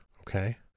okay